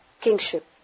kingship